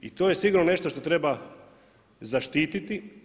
I to je sigurno nešto što treba zaštiti.